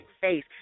face